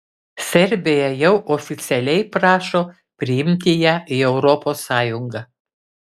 serbija jau oficialiai prašo priimti ją į europos sąjungą